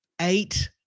eight